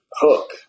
hook